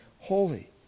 holy